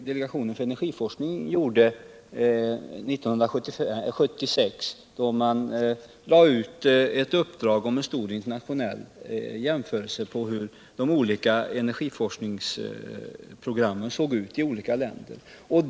Delegationen för energiforskning gjorde 1976 en särskild undersökning, då man lade ut ett uppdrag om en stor internationell jämförelse av hur de olika energiforskningsprogrammen såg ut i olika länder.